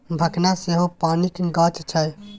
भखना सेहो पानिक गाछ छै